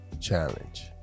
challenge